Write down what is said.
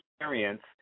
experience